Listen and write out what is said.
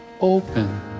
open